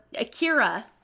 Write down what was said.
Akira